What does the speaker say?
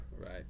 Right